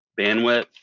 bandwidth